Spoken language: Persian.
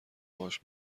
باهاش